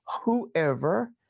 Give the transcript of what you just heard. whoever